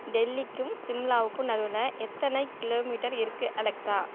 டெல்லிக்கும் சிம்லாவுக்கும் நடுவில் எத்தனை கிலோமீட்டர் இருக்கு அலெக்ஸா